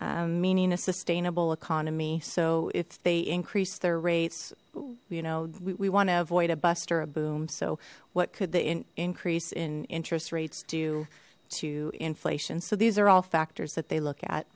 neutral meaning a sustainable economy so if they increase their rates you know we want to avoid a bust or a boom so what could the increase in interest rates due to inflation so these are all factors that they look at